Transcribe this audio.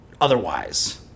otherwise